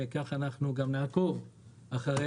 ובכך אנחנו גם נעקוב אחריהן